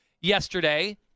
yesterday –